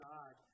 God